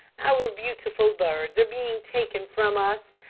our beautiful birds are being taken from us,